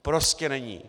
Prostě není.